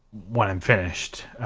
when i'm finished,